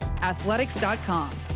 athletics.com